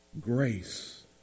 Grace